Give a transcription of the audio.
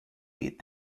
beat